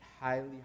highly